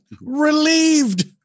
relieved